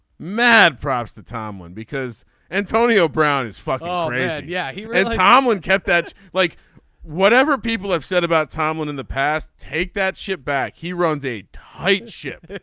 mad props to tom when because antonio brown is fucked. oh yeah. yeah he ray tomlin kept that like whatever people have said about tomlin in the past take that shit back. he runs a tight ship.